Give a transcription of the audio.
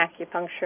acupuncture